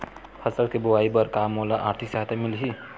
फसल के बोआई बर का मोला आर्थिक सहायता मिलही?